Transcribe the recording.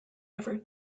ever